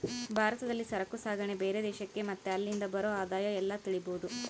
ಭಾರತದಲ್ಲಿ ಸರಕು ಸಾಗಣೆ ಬೇರೆ ದೇಶಕ್ಕೆ ಮತ್ತೆ ಅಲ್ಲಿಂದ ಬರೋ ಆದಾಯ ಎಲ್ಲ ತಿಳಿಬೋದು